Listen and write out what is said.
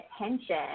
attention